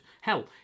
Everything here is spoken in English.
hell